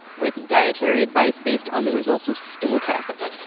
with dietary advice based on the results of stool tests.